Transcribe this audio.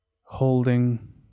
Holding